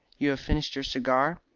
you have finished your cigar?